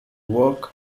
work